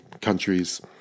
countries